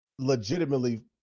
legitimately